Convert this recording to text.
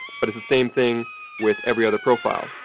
but it's the same thing with every other profile.